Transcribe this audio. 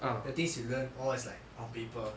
the things you learn all is like on paper